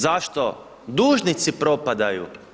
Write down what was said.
Zašto dužnici propadaju?